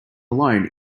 alone